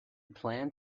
plan